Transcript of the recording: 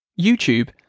YouTube